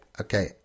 Okay